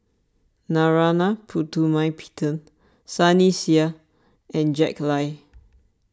Narana Putumaippittan Sunny Sia and Jack Lai